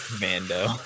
Mando